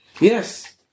Yes